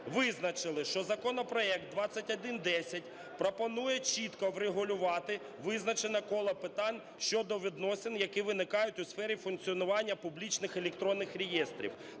визначили, що законопроект 2110 пропонує чітко врегулювати визначене коло питань щодо відносин, які виникають у сфері функціонування публічних електронних реєстрів